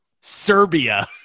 Serbia